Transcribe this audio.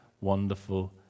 wonderful